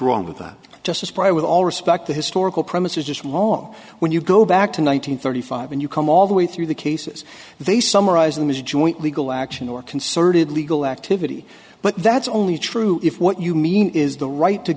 wrong with that just as pride with all respect to historical premises just wrong when you go back to nine hundred thirty five and you come all the way through the cases they summarize them as joint legal action or concerted legal activity but that's only true if what you mean is the right to